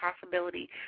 possibility